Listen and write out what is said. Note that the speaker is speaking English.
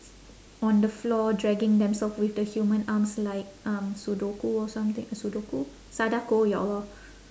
on the floor dragging themselves with the human arms like um sudoku or something sudoku sadako ya allah